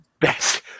Best